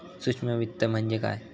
सूक्ष्म वित्त म्हणजे काय?